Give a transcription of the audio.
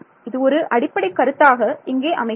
இது ஒரு அடிப்படைக் கருத்தாக இங்கே அமைகிறது